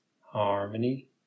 harmony